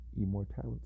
immortality